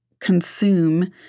consume